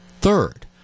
Third